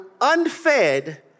unfed